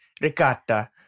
Ricotta